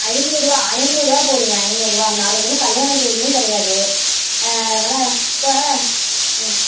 ஐந்நூறுபா ஐந்நூறுபா போடுங்கள் ஐந்நூறுபா நாளைக்கு ஒன்றும் கல்யாண தேதியும் கிடையாது அதனால் இப்போ ம்